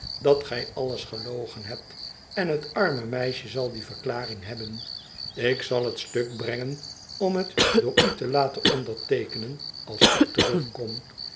dat gij alles gelogen hebt eh het arme meisje zal die verklaring hebben ik zal het stuk brengen om het door u te laten onderteeken als ik terugkom